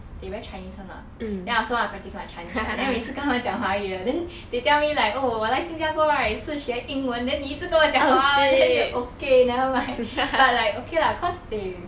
they very chinese [one] lah then I also want to practise my chinese right then 每次跟他们讲华语的 then they tell me like oh 我来新加坡 right 是学英文 then 你一直跟我讲华文 then they okay nevermind but like okay lah cause they